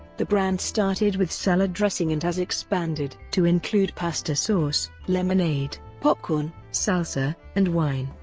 the brand started with salad dressing and has expanded to include pasta sauce, lemonade, popcorn, salsa, and wine,